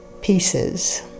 pieces